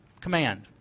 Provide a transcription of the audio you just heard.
Command